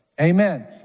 Amen